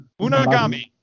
Unagami